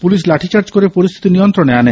police lathi charge করে পরিস্থিতি নিয়ন্ত্রণে আনে